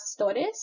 Pastores